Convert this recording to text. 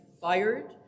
fired